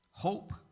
hope